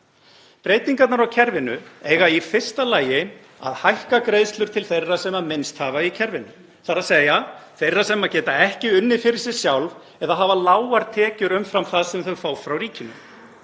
Breytingarnar á kerfinu eiga í fyrsta lagi að hækka greiðslur til þeirra sem minnst hafa í kerfinu, þ.e. þeirra sem geta ekki unnið fyrir sér sjálf eða hafa lágar tekjur umfram það sem þau fá frá ríkinu.